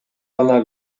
гана